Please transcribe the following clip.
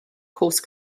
course